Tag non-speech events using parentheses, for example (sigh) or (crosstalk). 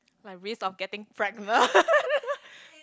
my risk of getting pregnant (laughs)